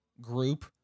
group